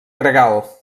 gregal